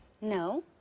No